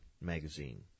magazine